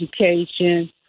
education